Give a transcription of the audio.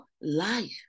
life